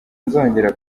nzongera